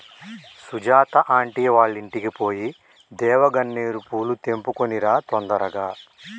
Sujatha aunty వాళ్ళింటికి పోయి దేవగన్నేరు పూలు తెంపుకొని రా తొందరగా